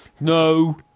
no